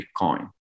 Bitcoin